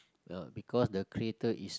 ya because the creator is